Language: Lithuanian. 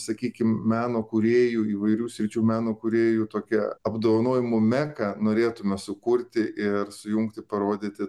sakykim meno kūrėjų įvairių sričių meno kūrėjų tokią apdovanojimų meką norėtume sukurti ir sujungti parodyti